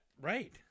right